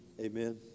Amen